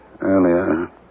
earlier